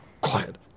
Quiet